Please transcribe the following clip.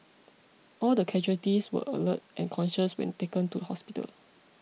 all the casualties were alert and conscious when taken to hospital